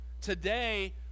Today